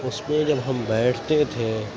اس پہ جب ہم بیٹھتے تھے